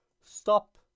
stop